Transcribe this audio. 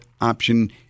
option